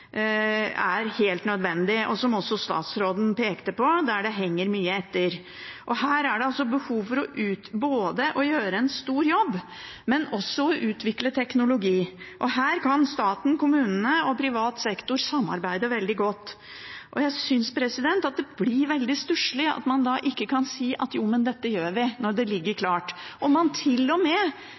er helt nødvendige, og – som også statsråden pekte på – der det henger mye etter. Her er det behov for både å gjøre en stor jobb og for å utvikle teknologi. Her kan staten, kommunene og privat sektor samarbeide veldig godt. Jeg syns det blir veldig stusslig at man ikke kan si at jo, dette gjør vi, når det ligger klart og